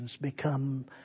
become